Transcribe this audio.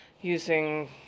using